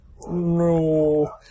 No